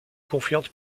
confiante